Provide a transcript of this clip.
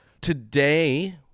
Today